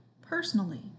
personally